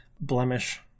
Blemish